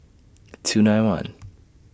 two nine one